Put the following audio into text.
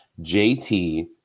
JT